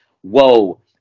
whoa